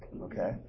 okay